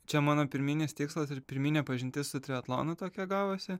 čia mano pirminis tikslas ir pirminė pažintis su triatlonu tokia gavosi